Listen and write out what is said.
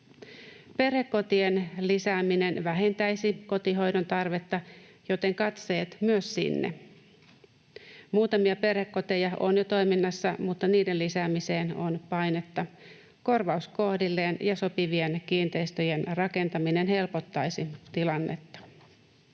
Perhekotien lisääminen vähentäisi kotihoidon tarvetta, joten katseet myös sinne. Muutamia perhekoteja on jo toiminnassa, mutta niiden lisäämiseen on painetta. Korvaus kohdilleen ja sopivien kiinteistöjen rakentaminen helpottaisivat tilannetta.